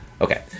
Okay